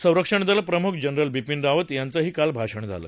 संरक्षण दल प्रमुख जनरल बिपीन रावत यांचंही काल भाषण झालं